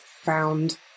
found